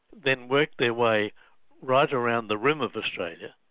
then worked their way right around the rim of australia,